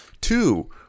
Two